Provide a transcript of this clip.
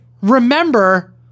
remember